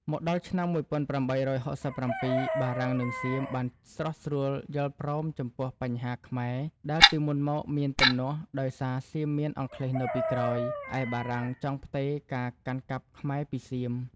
មកដល់ឆ្នាំ១៨៦៧ បារាំងនិងសៀមបានស្រុះស្រួលយល់ព្រមចំពោះបញ្ហាខ្មែរដែល ពីមុនមកមានទំនាស់ ដោយសារសៀមមានអង់គ្លេសនៅពីក្រោយ ឯបារាំងចង់ផ្ទេរការកាន់កាប់ខ្មែរពីសៀម។